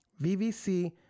VVC